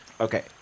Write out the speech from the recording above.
Okay